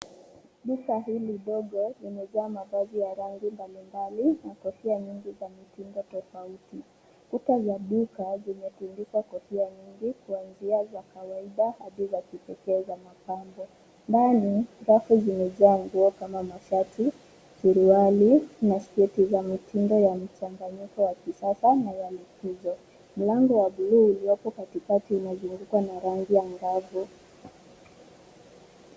Duka hili ndogo limejaa mavazi ya rangi mbalimbali na kofia nyingi za mitindo tofauti. Kuta za duka zimetundikwa kofia nyingi kuanzia za kawaida hadi za kipekee za mapambo. Ndani rafu zimejaa nguo kama mashati, suruali na sketi za mitindo ya mchanganyiko wa kisasa na ya likizo. Mlango wa buluu uliopo katikati unazungukwa na rangi angavu.